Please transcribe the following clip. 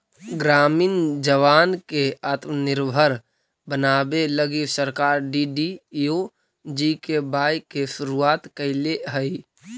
ग्रामीण जवान के आत्मनिर्भर बनावे लगी सरकार डी.डी.यू.जी.के.वाए के शुरुआत कैले हई